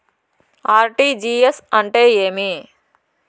RTGS అంటే ఏమి?